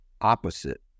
opposite